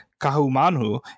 Kahumanu